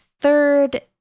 third